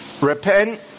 Repent